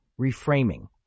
Reframing